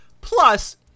plus